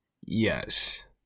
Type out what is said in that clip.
Yes